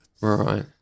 Right